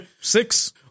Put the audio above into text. Six